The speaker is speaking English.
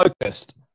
focused